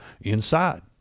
Inside